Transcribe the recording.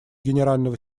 генерального